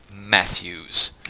Matthews